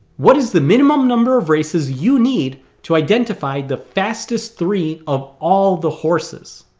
what is the minimum number of races you need to identify the fastest three of all the horses?